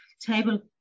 table